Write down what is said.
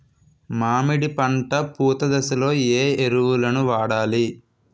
మామిడి పంట పూత దశలో ఏ ఎరువులను వాడాలి?